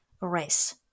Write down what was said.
race